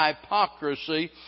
hypocrisy